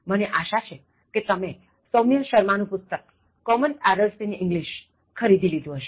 મને આશા છે કે તમે સૌમ્ય શર્મા નું પુસ્તક Common Errors in English ખરીદી લીધું હશે